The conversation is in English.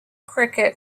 cricket